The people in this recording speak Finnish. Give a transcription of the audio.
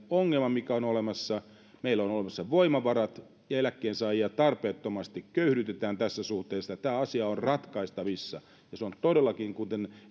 ongelman mikä on olemassa meillä on olemassa voimavarat ja eläkkeensaajia tarpeettomasti köyhdytetään tässä suhteessa ja tämä asia on ratkaistavissa se on todellakin kuten